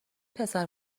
پسر